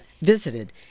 visited